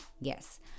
Yes